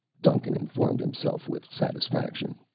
duncan informed himself with satisfaction.